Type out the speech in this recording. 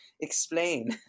Explain